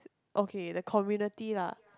okay the community lah